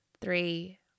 three